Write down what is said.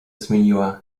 zmieniła